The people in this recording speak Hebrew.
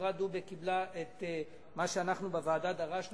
חברת "דובק" קיבלה את מה שאנחנו בוועדה דרשנו